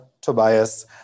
Tobias